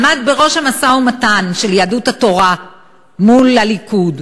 עמד בראש המשא-ומתן של יהדות התורה מול הליכוד,